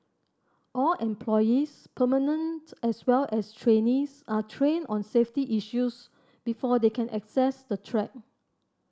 all employees permanent as well as trainees are trained on safety issues before they can access the track